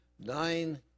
Nine